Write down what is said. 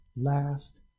Last